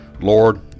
Lord